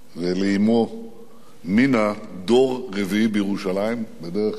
ולאמו מינה, דור רביעי בירושלים, בדרך כלל